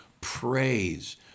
praise